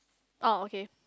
oh okay